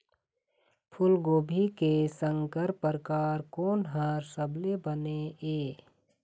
फूलगोभी के संकर परकार कोन हर सबले बने ये?